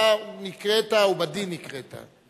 אתה נקראת, ובדין נקראת.